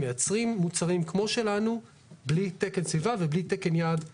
מייצרים מוצרים כמו שלנו בלי תקן סביבה ובלי תקן יעד כזה.